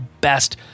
best